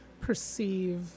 perceive